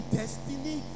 destiny